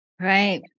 Right